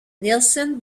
nilsen